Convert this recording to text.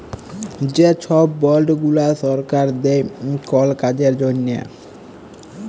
যে ছব বল্ড গুলা সরকার দেই কল কাজের জ্যনহে